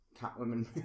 Catwoman